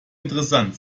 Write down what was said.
interessant